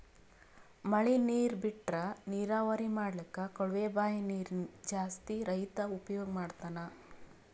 ಮಳಿ ನೀರ್ ಬಿಟ್ರಾ ನೀರಾವರಿ ಮಾಡ್ಲಕ್ಕ್ ಕೊಳವೆ ಬಾಂಯ್ ನೀರ್ ಜಾಸ್ತಿ ರೈತಾ ಉಪಯೋಗ್ ಮಾಡ್ತಾನಾ